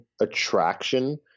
attraction